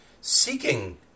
seeking